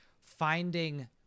finding